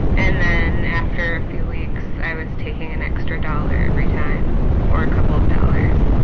and then after a few weeks i was taking an extra dollar every time or a couple of dollars.